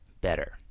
better